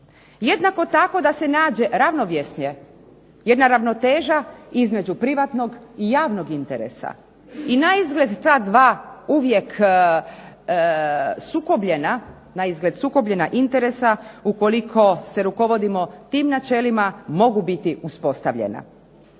Jednako tako da se nađe ravnovjesje, jedna ravnoteža između privatnog i javnog interesa i naizgled ta dva sukobljena interesa, ukoliko se rukovodimo tim načelima mogu biti uspostavljena.